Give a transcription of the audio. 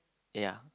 ya